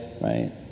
right